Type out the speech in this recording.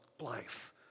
life